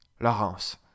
Laurence